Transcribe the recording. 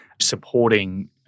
supporting